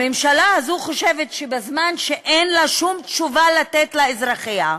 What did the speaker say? הממשלה הזאת חושבת שבזמן שאין לה שום תשובה לתת לאזרחיה,